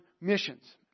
missions